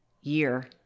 year